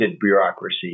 bureaucracy